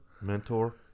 Mentor